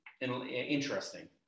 interesting